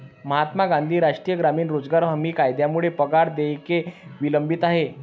महात्मा गांधी राष्ट्रीय ग्रामीण रोजगार हमी कायद्यामुळे पगार देयके विलंबित आहेत